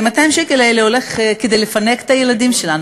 וה-200 שקל האלה הולכים כדי לפנק את הילדים שלנו,